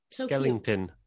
Skellington